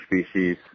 species